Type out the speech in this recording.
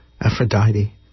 Aphrodite